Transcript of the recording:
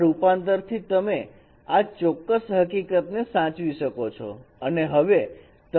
આ રૂપાંતરથી તમે આ ચોક્કસ હકીકત ને સાચવી શકો છો